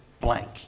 blank